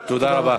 תודה רבה.